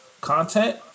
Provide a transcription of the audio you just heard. content